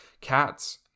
cats